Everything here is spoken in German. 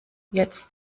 jetzt